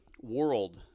world